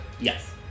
Yes